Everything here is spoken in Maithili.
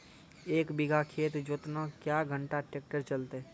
एक बीघा खेत जोतना क्या घंटा ट्रैक्टर चलते?